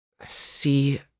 see